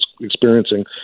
experiencing